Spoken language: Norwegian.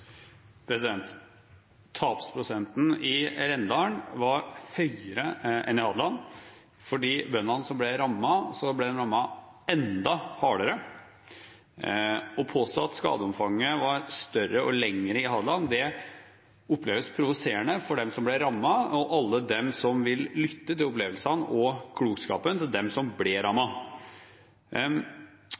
Tapsprosenten i Rendalen var høyere enn på Hadeland. De bøndene som ble rammet, ble rammet enda hardere. Når det påstås at skadeomfanget var større og lengre på Hadeland, oppleves det provoserende av dem som ble rammet, og av alle dem som vil lytte til opplevelsene og klokskapen til dem som ble